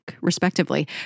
respectively